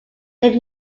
they